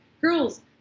girls